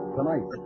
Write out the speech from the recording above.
Tonight